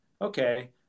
okay